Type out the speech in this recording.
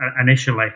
initially